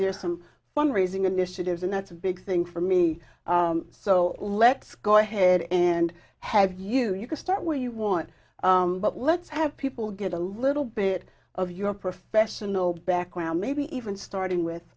there's some one raising initiatives and that's a big thing for me so let's go ahead and have you you can start where you want but let's have people get a little bit of your professional background maybe even starting with